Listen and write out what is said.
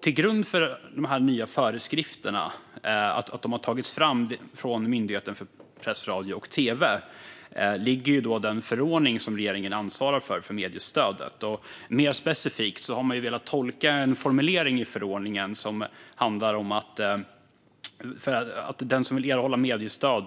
Till grund för att Myndigheten för press, radio och tv:s nya föreskrifter har tagits fram ligger den förordning för mediestödet som regeringen ansvarar för. Mer specifikt har man velat tolka en formulering i förordningen som handlar om den som vill erhålla mediestöd